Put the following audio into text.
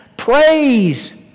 Praise